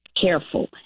careful